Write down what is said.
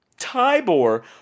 Tybor